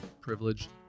privilege